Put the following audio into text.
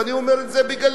ואני אומר את זה בגלוי,